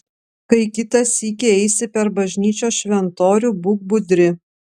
kai kitą sykį eisi per bažnyčios šventorių būk budri